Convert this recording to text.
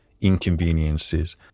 inconveniences